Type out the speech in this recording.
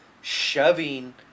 shoving